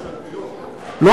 ממשלתיות.